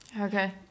Okay